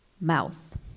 mouth